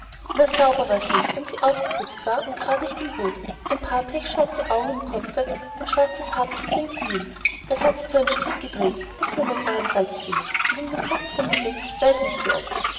sauber war sie wenn sie aufgeputzt war und gerad nicht in wut ein paar pechschwarze augen im kopfe und schwarzes haar bis zu den knieen das hat sie zu einem strick gedreht dick wie mein arm sag ich ihnen und um den kopf rum gelegt weiß nicht wie oft